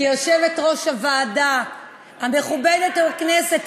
כיושבת-ראש הוועדה המכובדת בכנסת,